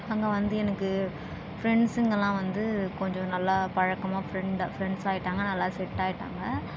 அங்கே வந்து எனக்கு ஃப்ரெண்ட்ஸ்ஸுங்களாம் வந்து கொஞ்சம் நல்லா பழக்கமாக ஃப்ரெண்டு ஃப்ரெண்ட்ஸ்ஸாயிட்டாங்க நல்லா செட்டாயிட்டாங்க